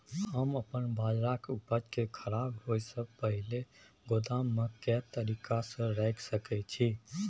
हम अपन बाजरा के उपज के खराब होय से पहिले गोदाम में के तरीका से रैख सके छी?